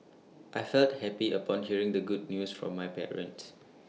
I felt happy upon hearing the good news from my parents